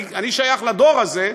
אני שייך לדור הזה,